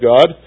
God